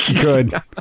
Good